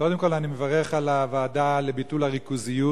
קודם כול אני מברך על הוועדה לביטול הריכוזיות,